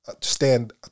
Stand